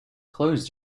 close